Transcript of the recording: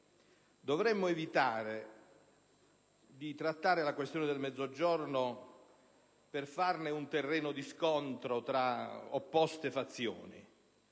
dovremmo evitare di trattare la questione del Mezzogiorno per farne un terreno di scontro tra opposte fazioni,